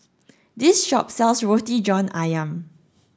this shop sells Roti John Ayam